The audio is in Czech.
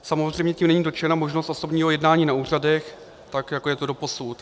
Samozřejmě tím není dotčena možnost osobního jednání na úřadech tak, jako je to doposud.